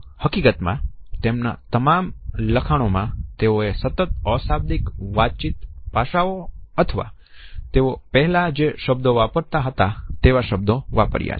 હકીકતમાં તેમના તમામ લખાણોમાં તેઓએ સતત અશાબ્દિક વાતચીત પાસાઓ અથવા તેઓ પહેલા જે શબ્દો વાપરતા હતા તેવા શબ્દો વાપર્યા છે